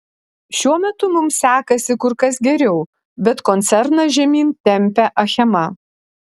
šiuo metu mums sekasi kur kas geriau bet koncerną žemyn tempia achema